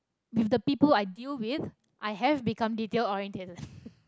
with the people i deal with i have become detail-orientated